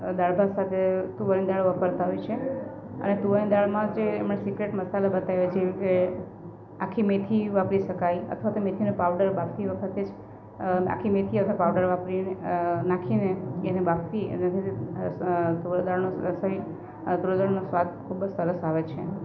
દાળ ભાત સાથે તુવેરની દાળ વાપરતા હોય છે અને તુવેરની દાળમાં જે એમણે સિક્રેટ મસાલો બતાવ્યો છે કે આખી મેથી વાપરી શકાય અથવા તો મેથીનો પાવડર બાફતી વખતે જ આખી મેથી અથવા પાવડર વાપરીને નાખીને એને બાફી અને એને તુવેર દાળનો રસોઈ તુવેર દાળનો સ્વાદ ખૂબ જ સરસ આવે છે